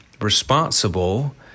responsible